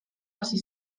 hasi